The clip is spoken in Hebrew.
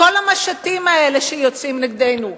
כל המשטים האלה שיוצאים נגדנו,